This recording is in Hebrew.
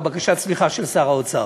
בקשת הסליחה של שר האוצר.